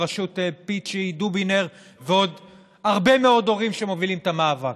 בראשות פיצ'י דובינר ועוד הרבה מאוד הורים שמובילים את המאבק.